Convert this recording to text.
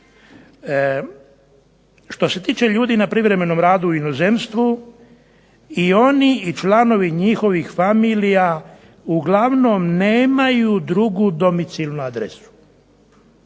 Što se tiče ljudi na privremenom radu u inozemstvu i oni i članovi njihovih familija uglavnom nemaju drugu domicilnu adresu.